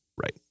Right